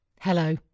Hello